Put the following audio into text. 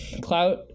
Clout